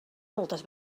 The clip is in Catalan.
moltes